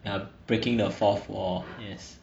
ya breaking the fourth wall yes